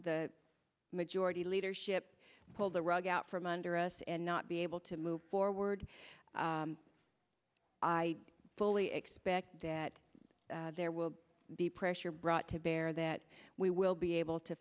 the majority leadership pull the rug out from under us and not be able to move forward i fully expect that there will be pressure brought to bear that we will be able to